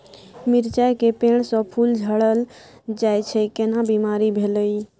मिर्चाय के पेड़ स फूल झरल जाय छै केना बीमारी भेलई?